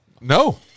no